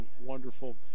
wonderful